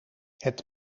het